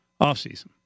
offseason